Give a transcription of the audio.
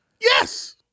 Yes